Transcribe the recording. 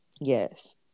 yes